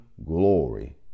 Glory